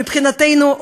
מבחינתנו,